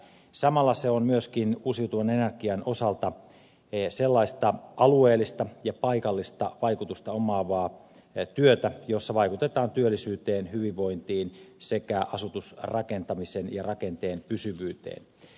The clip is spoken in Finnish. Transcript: samalla on se on myöskin uusiutuvan energian osalta sellaista alueellista ja paikallista vaikutusta omaavaa työtä jossa vaikutetaan työllisyyteen hyvinvointiin sekä asutusrakentamisen ja rakenteen pysyvyyteen